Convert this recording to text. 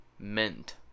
Mint